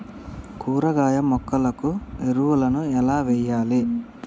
కూరగాయ మొక్కలకు ఎరువులను ఎలా వెయ్యాలే?